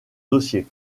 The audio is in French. dossier